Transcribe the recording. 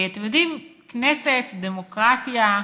אתם יודעים, כנסת, דמוקרטיה,